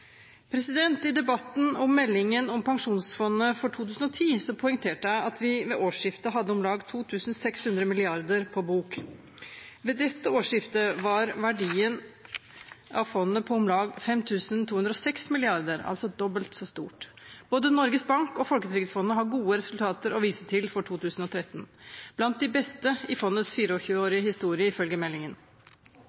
I debatten om meldingen om Pensjonsfondet for 2010 poengterte jeg at vi ved årsskiftet hadde om lag 2 600 mrd. kr «på bok». Ved dette årsskiftet var verdien av fondet på om lag 5 206 mrd. kr, altså dobbelt så stort. Både Norges Bank og Folketrygdfondet har gode resultater å vise til for 2013, blant de beste i fondets